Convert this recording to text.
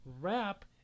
wrap